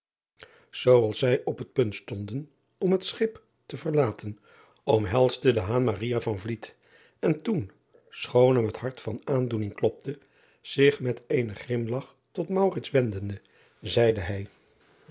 als zij op het punt ston driaan oosjes zn et leven van aurits ijnslager den om het schip te verlaten omhelsde en toen schoon hem het hart van aandoening klopte zich met een grimlach tot wendende zeide hij